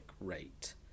rate